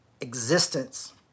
existence